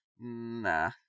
Nah